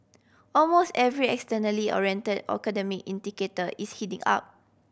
almost every externally oriented academic indicator is heading up